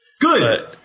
Good